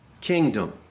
kingdom